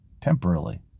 temporarily